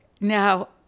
Now